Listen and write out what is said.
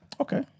Okay